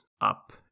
up